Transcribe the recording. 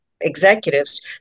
executives